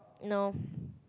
no